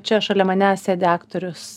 čia šalia manęs sėdi aktorius